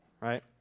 right